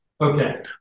Okay